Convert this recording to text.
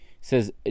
says